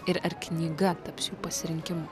ir ar knyga taps jų pasirinkimu